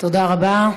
תודה רבה.